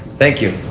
thank you.